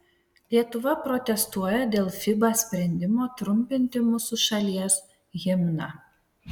lietuva protestuoja dėl fiba sprendimo trumpinti mūsų šalies himną